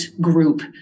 group